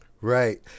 Right